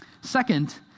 Second